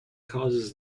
causes